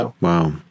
Wow